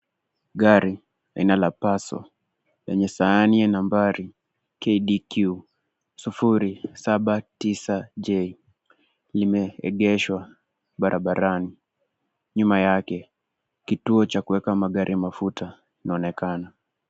Gari aina ya Passo , lenye sahani ya nambari, KDQ 079 J, limeegeshwa barabarani. Nyuma yake, kituo cha kuwewa gari mafuta, kinaonekana.